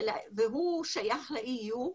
הוא שייך ל-EU,